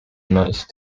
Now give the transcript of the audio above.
nice